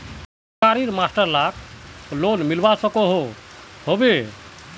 सरकारी मास्टर लाक लोन मिलवा सकोहो होबे?